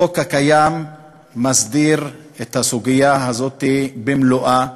החוק הקיים מסדיר את הסוגיה הזו במלואה.